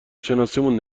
شناسیمون